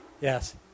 yes